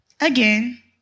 Again